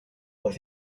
was